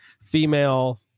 female